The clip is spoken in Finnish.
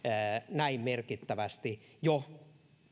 näin merkittävästi jo